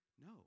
No